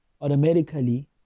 automatically